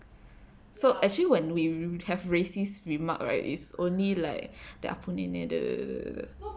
so actually when we would have racist remark right is only like that ahpunehneh the